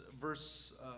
verse